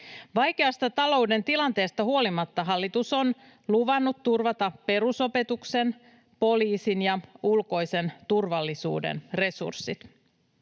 Vaikeasta talouden tilanteesta huolimatta hallitus on luvannut turvata perusopetuksen, poliisin ja ulkoisen turvallisuuden resurssit.